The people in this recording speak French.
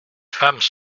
femmes